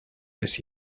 this